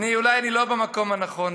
אולי אני לא במקום הנכון,